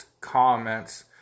comments